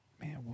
Man